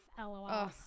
lol